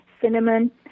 cinnamon